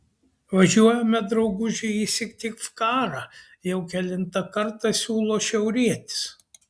važiuojame drauguži į syktyvkarą jau kelintą kartą siūlo šiaurietis